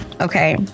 Okay